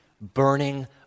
burning